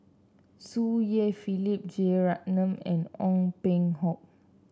Tsung Yeh Philip Jeyaretnam and Ong Peng Hock